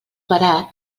barat